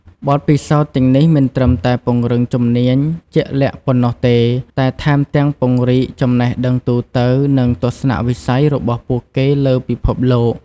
បទពិសោធន៍ទាំងនេះមិនត្រឹមតែពង្រឹងជំនាញជាក់លាក់ប៉ុណ្ណោះទេ តែថែមទាំងពង្រីកចំណេះដឹងទូទៅ និងទស្សនវិស័យរបស់ពួកគេលើពិភពលោក។